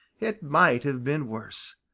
it might have been worse.